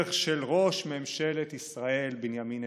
הדרך של ראש ממשלת ישראל בנימין נתניהו.